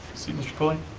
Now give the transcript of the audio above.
seat, mr. pulley.